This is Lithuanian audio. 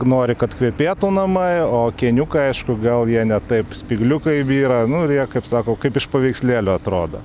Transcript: nori kad kvepėtų namai o kėniukai aišku gal jie ne taip spygliukai byra nu ir jie kaip sako kaip iš paveikslėlio atrodo